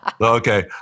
Okay